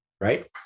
right